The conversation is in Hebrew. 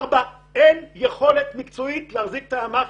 ארבע לא תהיה יכולת מקצועית להחזיק את הימ"חים.